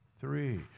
three